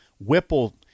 Whipple